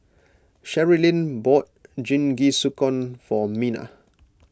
Sherilyn bought Jingisukan for Mena